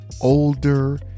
older